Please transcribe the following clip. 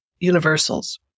universals